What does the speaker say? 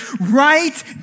right